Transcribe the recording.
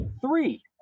three